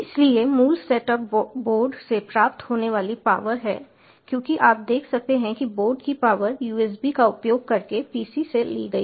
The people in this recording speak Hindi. इसलिए मूल सेट अप बोर्ड से प्राप्त होने वाली पावर है क्योंकि आप देख सकते हैं कि बोर्ड की पावर USB का उपयोग करके PC से ली गई है